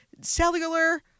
cellular